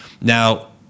Now